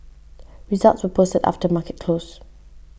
results were posted after market close